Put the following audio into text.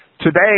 Today